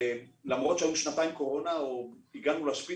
ולמרות שהייתה קורונה במשך שנתיים והגענו לשיא